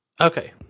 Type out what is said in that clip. Okay